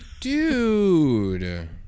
Dude